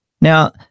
Now